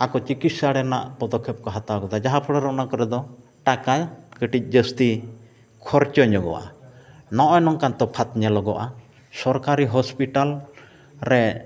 ᱟᱠᱚ ᱪᱤᱠᱤᱛᱥᱟ ᱨᱮᱱᱟᱜ ᱯᱚᱫᱚᱠᱷᱮᱯ ᱠᱚ ᱦᱟᱛᱟᱣ ᱠᱟᱫᱟ ᱡᱟᱦᱟᱸ ᱯᱳᱲᱳ ᱨᱮ ᱚᱱᱟ ᱠᱚᱨᱮ ᱫᱚ ᱴᱟᱠᱟ ᱠᱟᱹᱴᱤᱡ ᱡᱟᱹᱥᱛᱤ ᱠᱷᱚᱨᱪᱟ ᱧᱚᱜᱚᱜᱼᱟ ᱱᱚᱜᱼᱚᱭ ᱱᱚᱝᱠᱟ ᱛᱚᱯᱷᱟᱛ ᱧᱮᱞᱚᱜᱚᱜᱼᱟ ᱥᱚᱨᱠᱟᱨᱤ ᱦᱚᱥᱯᱤᱴᱟᱞ ᱨᱮ